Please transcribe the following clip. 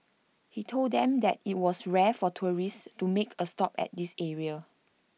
he told them that IT was rare for tourists to make A stop at this area